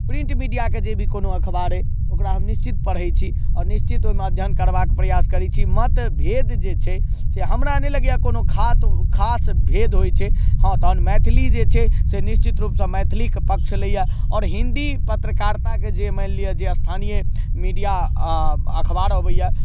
print media के जे भी कोनो अखबार अहि ओकरा हम निश्चित पढ़ै छी आओर निश्चित ओहिमे अध्ययन करबाक प्रयास करै छी मतभेद जे छै से हमरा नहि लगैया जे कोनो खास भेद होइ छै हँ तहन मैथिली जे छै से निश्चित रुपसँ मैथिलीके पक्ष लैया आओर हिन्दी पत्रकारिताकेँ मान लिय जे स्थानीय मिडिया अखबार अबैया